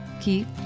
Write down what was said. keep